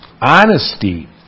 Honesty